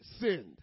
sinned